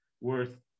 worth